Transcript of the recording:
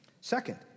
Second